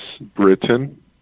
Britain